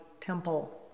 temple